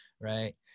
Right